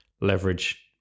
leverage